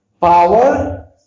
power